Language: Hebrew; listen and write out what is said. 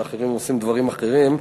ואחרים עושים דברים אחרים,